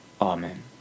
Amen